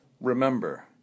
remember